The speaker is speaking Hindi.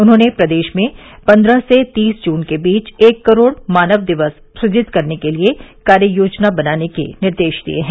उन्होंने प्रदेश में पंद्रह से तीस जून के बीच एक करोड़ मानव दिवस सृजित करने के लिए कार्य योजना बनाने के निर्देश दिए हैं